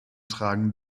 tragen